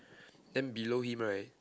then below him right